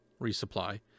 resupply